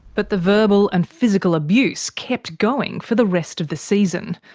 but the verbal and physical abuse kept going for the rest of the season.